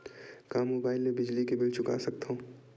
का मुबाइल ले बिजली के बिल चुका सकथव?